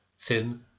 thin